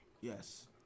yes